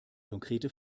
konkrete